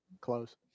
Close